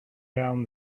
down